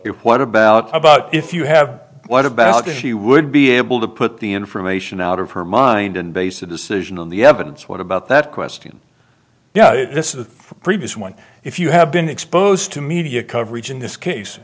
it what about about if you have what about if she would be able to put the information out of her mind and base a decision on the evidence what about that question yeah this is a previous one if you have been exposed to media coverage in this case